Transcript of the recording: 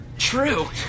True